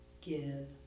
give